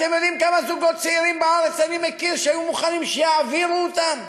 אתם יודעים כמה זוגות צעירים בארץ אני מכיר שהיו מוכנים שיעבירו אותם?